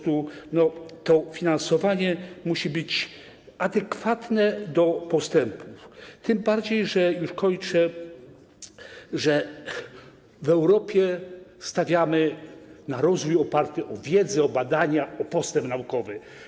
To finansowanie musi być adekwatne do postępów, tym bardziej - już kończę - że w Europie stawiamy na rozwój oparty na wiedzy, na badaniach, na postępie naukowym.